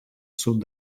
sud